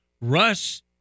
russ